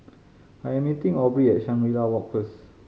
I am meeting Aubrey at Shangri La Walk first